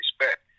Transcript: respect